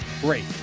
Great